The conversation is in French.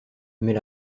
mais